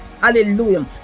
Hallelujah